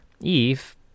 eve